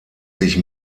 sich